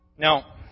Now